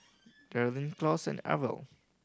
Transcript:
Daryn Claus and Arvel